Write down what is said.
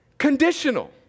conditional